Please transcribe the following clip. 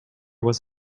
was